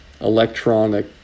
electronic